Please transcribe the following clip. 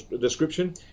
description